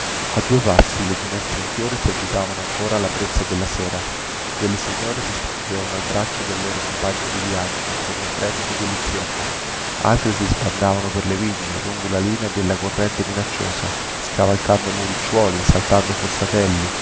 a due passi le ginestre in fiore si agitavano ancora alla brezza della sera delle signore si stringevano al braccio del loro compagno di viaggio con un fremito delizioso altri si sbandavano per le vigne lungo la linea della corrente minacciosa scavalcando muricciuoli saltando fossatelli